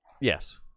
Yes